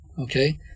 Okay